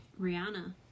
Rihanna